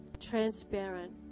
transparent